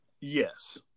yes